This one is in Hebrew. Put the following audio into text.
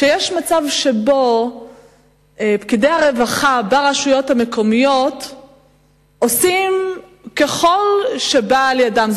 שיש מצב שפקידי הרווחה ברשויות המקומיות עושים ככל שבא לידם,